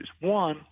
One